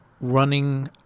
running